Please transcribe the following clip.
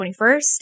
21st